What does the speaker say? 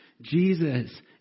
Jesus